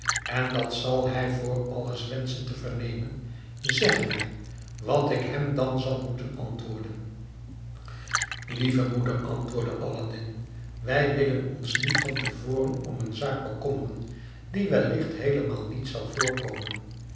vragen en dat zal hij voor alles wenschen te vernemen zeg mij wat ik hem dan zal moeten antwoorden lieve moeder antwoordde aladdin wij willen ons niet van te voren om een zaak bekommeren die wellicht heelemaal niet zal voorkomen